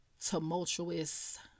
tumultuous